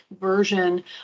version